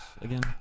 again